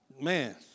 man